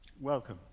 welcome